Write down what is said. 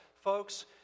Folks